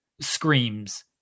screams